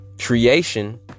creation